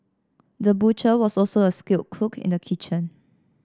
the butcher was also a skilled cook in the kitchen